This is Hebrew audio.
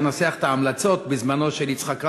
לנסח את ההמלצות בזמנו של יצחק רבין,